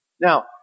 Now